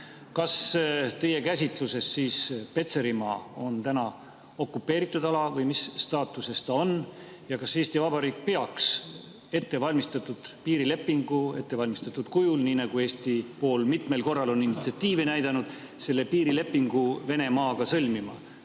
Kas teie käsitluses Petserimaa on okupeeritud ala või mis staatuses see praegu on? Ja kas Eesti Vabariik peaks ettevalmistatud piirilepingu – ettevalmistatud kujul, nii nagu Eesti pool mitmel korral on initsiatiivi näidanud – Venemaaga sõlmima